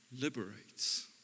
liberates